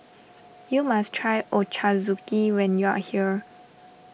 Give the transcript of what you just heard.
you must try Ochazuke when you are here